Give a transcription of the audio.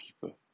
people